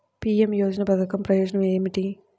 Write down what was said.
PM యోజన పధకం ప్రయోజనం ఏమితి?